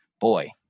Boy